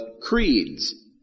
creeds